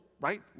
right